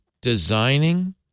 Designing